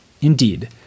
Indeed